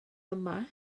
yma